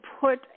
put